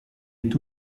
est